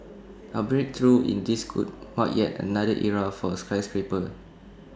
A breakthrough in this could mark yet another era for skyscrapers